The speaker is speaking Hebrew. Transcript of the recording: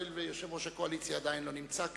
הואיל ויושב-ראש הקואליציה עדיין לא נמצא כאן,